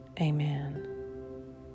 Amen